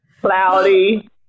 cloudy